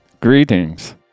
greetings